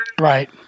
Right